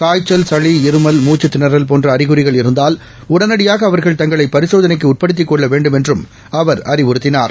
காய்ச்சல் சளி இருமல் மூச்சுதிணறல் போன்றஅறிகுறிகள் இருந்தால் உடனடியாகஅவர்கள் தங்களைபரிசோதனைக்குஉட்டுபடுத்திக் கொள்ளவேண்டும் என்றும் அவர் அறிவுறுத்தினார்